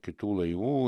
kitų laivų